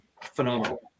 Phenomenal